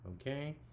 Okay